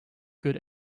good